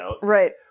Right